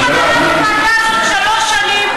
ואני חברה בוועדה הזאת שלוש שנים.